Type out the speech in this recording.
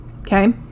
Okay